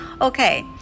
Okay